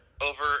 over